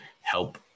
help